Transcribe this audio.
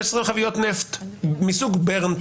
15 חביות נפט מסוג ברנט.